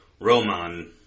roman